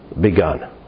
begun